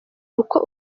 uko